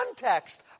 context